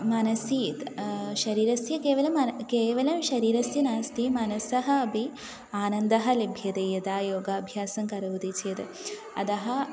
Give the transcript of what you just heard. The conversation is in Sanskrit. मनसः शरीरस्य केवलं मन केवलं शरीरस्य नास्ति मनसः अपि आनन्दः लभ्यते यदा योगाभ्यासं करोति चेत् अतः